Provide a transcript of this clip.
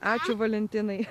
ačiū valentinai